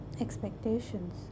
expectations